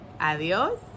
adios